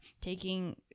taking